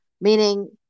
Meaning